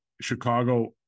Chicago